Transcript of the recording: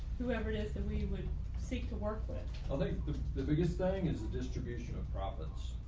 whoever it is that we would seek to work with, although the biggest thing is the distribution of profits.